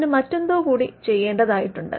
അതിന് മറ്റെന്തെന്തൊ കൂടി ചെയ്യേണ്ടതായിട്ടുണ്ട്